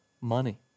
money